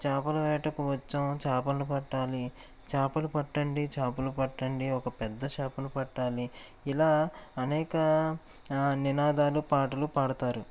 చేపల వేటకు వచ్చాం చేపలను పట్టాలి చేపలు పట్టండి చేపలు పట్టండి ఒక పెద్ద చేపను పట్టాలి ఇలా అనేక నినాదాలు పాటలు పాడుతారు